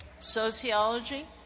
Sociology